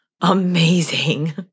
amazing